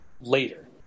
later